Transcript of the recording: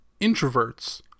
introverts